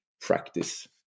practice